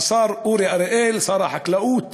השר אורי אריאל, שר החקלאות